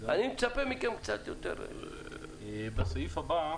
אני מצפה מכם קצת יותר --- בסעיף הבא,